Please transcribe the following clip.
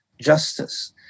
justice